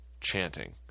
chanting